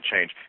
change